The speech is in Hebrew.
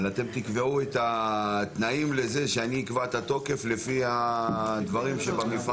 אבל אתם תקבעו את התנאים לזה שאני אקבע את התוקף לפי הדברים שבמפעל.